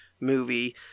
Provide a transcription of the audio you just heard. movie